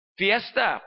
fiesta